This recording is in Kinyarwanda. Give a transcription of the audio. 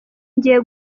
ngiye